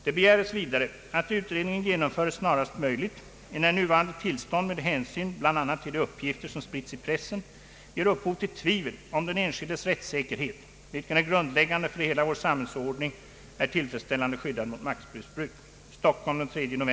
Det begäres vidare att utredningen genomföres snarast möjligt enär nuvarande tillstånd med hänsyn bl.a. till de uppgifter som spritts i pressen ger upphov till tvivel om den enskildes rättssäkerhet vilken är grundläggande för hela vår samhällsordning är tillfredställande skyddad mot maktmissbruk.